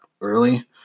early